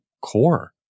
core